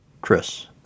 Chris